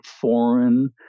foreign